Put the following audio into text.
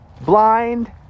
blind